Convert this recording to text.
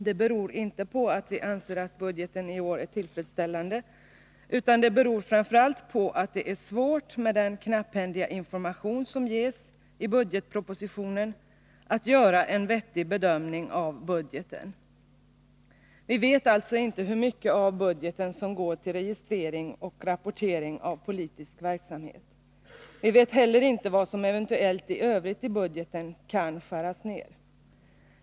Det beror inte på att vi anser att budgeten i år är tillfredsställande, utan det beror framför allt på att det är svårt, med den knapphändiga information som ges i budgetpropositionen, att göra en vettig bedömning av budgeten. Vi vet alltså inte hur mycket av budgeten som går till registrering och rapportering av politisk verksamhet. Vi vet inte heller vad som eventuellt i övrigt kan skäras ned i budgeten.